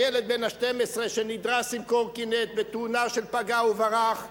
הילד בן ה-12 שנדרס כשרכב על קורקינט בתאונה של פגע וברח.